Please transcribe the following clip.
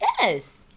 Yes